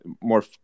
more